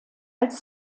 als